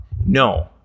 No